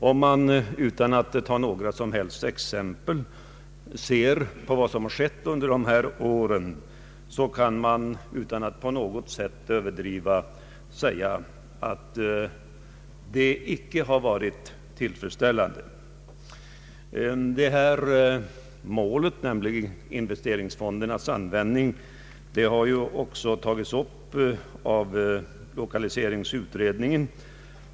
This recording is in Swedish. Om man utan att ta några som helst exempel ser på vad som har skett under dessa år, kan man utan att överdriva säga att det inte har varit tillfredsställande. Målet, investeringsfondernas användning, har ju också tagits upp av lokaliseringsutredningen.